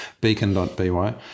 beacon.by